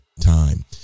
time